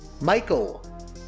Michael